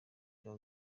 cya